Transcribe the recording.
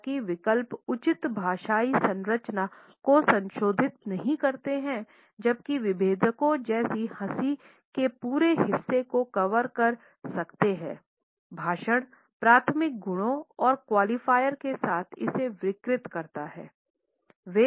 हालांकि विकल्प उचित भाषाई संरचना को संशोधित नहीं करते हैं जबकि विभेदकों जैसे हँसी के पूरे हिस्सों को कवर कर सकते हैं भाषण प्राथमिक गुणों और क्वालीफायर के साथ इसे विकृत करता है